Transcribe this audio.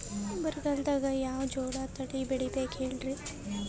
ಬರಗಾಲದಾಗ್ ಯಾವ ಜೋಳ ತಳಿ ಬೆಳಿಬೇಕ ಹೇಳ್ರಿ?